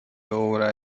obra